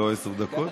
לא עשר דקות?